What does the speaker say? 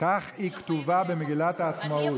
כך היא כתובה במגילת העצמאות.